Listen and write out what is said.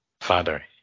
father